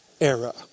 era